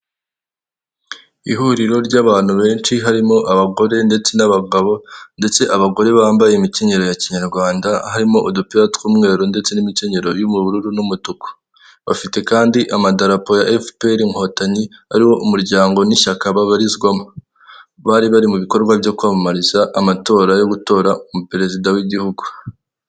Ihuriro ry'abantu benshi harimo abagore ndetse n'abagabo ndetse abagore bambaye imikenyere ya kinyarwanda harimo udupira tw'umweru ndetse n'imikenyero y'ubururu, n'umutuku bafite kandi amadarapo ya efuperi inkotanyi ariwo umuryango n'ishyaka babarizwamo, bari mu bikorwa byo kwamamariza amatora yo gutora umuperezida w'igihugu.